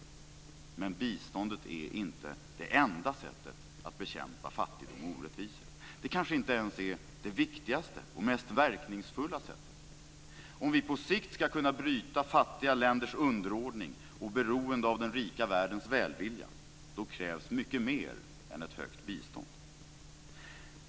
Men biståndet är inte det enda sättet att bekämpa fattigdom och orättvisor. Det kanske inte ens är det viktigaste och mest verkningsfulla sättet. Om vi på sikt ska kunna bryta fattiga länders underordning och beroende av den rika världens välvilja krävs mycket mer än ett högt bistånd.